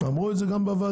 אמרו את זה גם בוועדה,